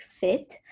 fit